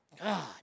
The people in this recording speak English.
God